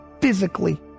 physically